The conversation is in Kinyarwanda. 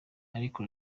ariko